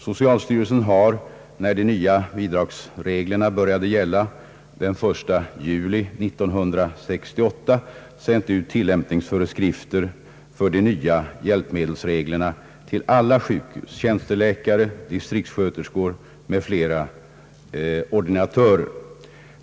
Socialstyrelsen utsände, när de nya bidragsreglerna började gälla den 1 juli 1968, tilllämpningsföreskrifter för de nya hjälpmedelsreglerna till alla sjukhus, till tjänsteläkare, distriktssköterskor och andra ordinatörer.